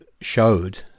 showed